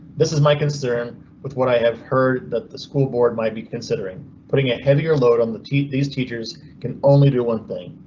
this is my concern with what i have heard that the school board might be considering putting a heavier load on the these teachers can only do one thing,